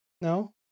No